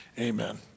amen